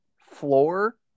floor